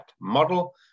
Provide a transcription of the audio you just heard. model